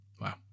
wow